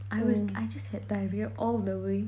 I was I just had diarrhoea all the way